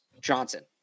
Johnson